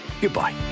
Goodbye